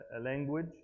language